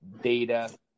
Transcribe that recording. data –